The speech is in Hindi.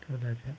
चल रहा है क्या